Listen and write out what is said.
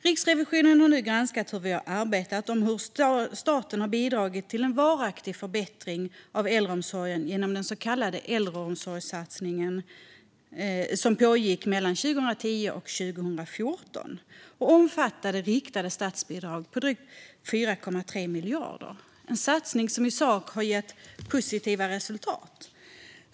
Riksrevisionen har nu granskat hur vi har arbetat och om staten har bidragit till en varaktig förbättring av äldreomsorgen genom den så kallade äldreomsorgssatsningen som pågick mellan 2010 och 2014 och omfattade riktade statsbidrag på totalt 4,3 miljarder kronor. Det var en satsning som i sak har gett positiva resultat.